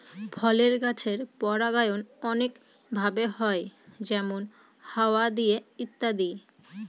ফলের গাছের পরাগায়ন অনেক ভাবে হয় যেমন হাওয়া দিয়ে ইত্যাদি